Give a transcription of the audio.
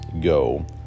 go